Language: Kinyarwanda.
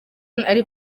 ari